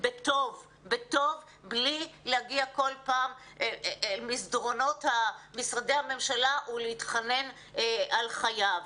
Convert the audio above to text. בטוב בלי להגיע כל פעם למסדרונות משרדי הממשלה ולהתחנן על חייו.